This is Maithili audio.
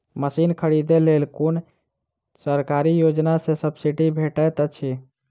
मशीन खरीदे लेल कुन सरकारी योजना सऽ सब्सिडी भेटैत अछि?